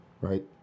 right